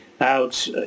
out